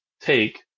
take